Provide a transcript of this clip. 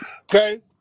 Okay